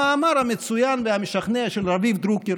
למאמר המצוין והמשכנע של רביב דרוקר,